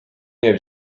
nie